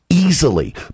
easily